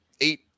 eight